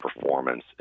performance